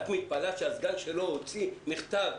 את מתפלאת שהסגן שלו הוציא מכתב?